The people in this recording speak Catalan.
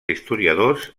historiadors